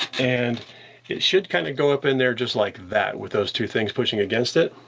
and it should kind of go up in there just like that with those two things pushing against it.